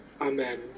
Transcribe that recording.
Amen